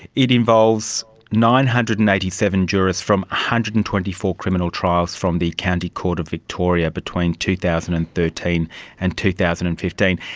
it involves nine hundred and eighty seven jurors from one hundred and twenty four criminal trials from the county court of victoria between two thousand and thirteen and two thousand and fifteen.